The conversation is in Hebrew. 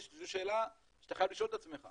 זו שאלה שאתה חייב לשאול את עצמך.